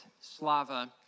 Slava